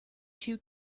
two